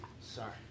Sorry